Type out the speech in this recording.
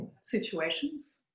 situations